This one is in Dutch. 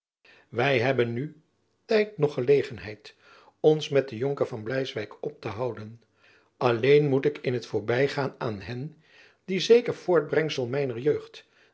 wy hebben nu tijd noch gelegenheid ons met den jonker van bleiswijck op te houden alleen moet ik in t voorbygaan aan hen die zeker voortbrengsel mijner jeugd